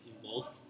involved